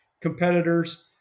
competitors